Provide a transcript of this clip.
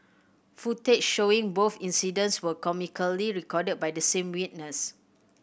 footage showing both incidents were comically recorded by the same witness